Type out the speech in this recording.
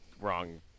wrong